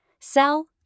sell